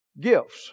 Gifts